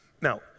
Now